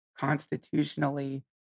constitutionally